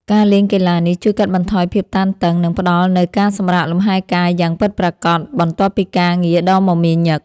ការលេងកីឡានេះជួយកាត់បន្ថយភាពតានតឹង និងផ្ដល់នូវការសម្រាកលម្ហែកាយយ៉ាងពិតប្រាកដបន្ទាប់ពីការងារដ៏មមាញឹក។